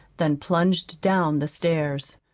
then plunged down the stairs.